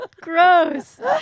gross